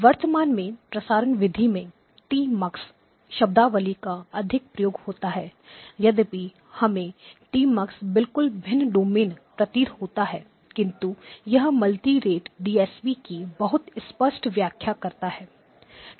वर्तमान में प्रसारण विधि में टी मक्स शब्दावली का अधिक उपयोग होता है यद्यपि हमें टी मक्स बिल्कुल भिन्न डोमिन प्रतीत होता है किंतु यह मल्टी रेट डीएसपी की बहुत स्पष्ट व्याख्या करता है